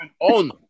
on